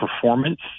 performance